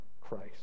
Christ